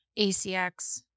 ACX